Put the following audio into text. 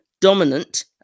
dominant